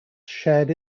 shared